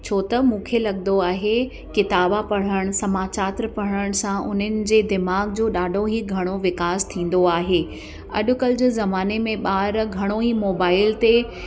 छो त मूंखे लॻंदो आहे किताबा पढ़ण समाचात्र पढ़ण सां उन्हनि जे दिमाग़ जो ॾाढो ई घणो विकास थींदो आहे अॼुकल्ह जे ज़माने में ॿार घणो ई मोबाइल ते